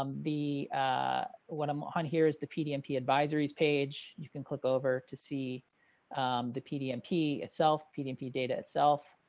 the one i'm on here is the pdp advisories page, you can click over to see the pdp itself pdp data itself.